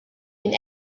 been